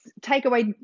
takeaway